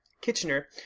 Kitchener